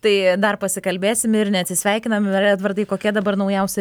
tai dar pasikalbėsime ir neatsisveikiname edvardai kokie dabar naujausi